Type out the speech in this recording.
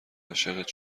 عاشقت